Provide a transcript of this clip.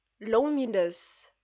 loneliness